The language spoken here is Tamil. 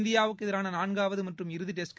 இந்தியாவுக்கு எதிரான நான்காவது மற்றும் இறுதி டெஸ்ட்